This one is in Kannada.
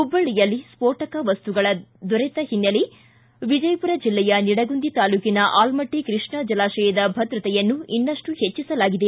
ಹುಬ್ಲಳ್ಳಿಯಲ್ಲಿ ಸ್ನೋಟಕ ವಸ್ತುಗಳು ದೊರೆತ ಹಿನ್ನೆಲೆ ವಿಜಯಪುರ ಜಿಲ್ಲೆಯ ನಿಡಗುಂದಿ ತಾಲೂಕಿನ ಆಲಮಟ್ಟ ಕೃಷ್ಣಾ ಜಲಾಶಯದ ಭದ್ರತೆಯನ್ನು ಇನ್ನಷ್ಟು ಹೆಚ್ಚಿಸಲಾಗಿದೆ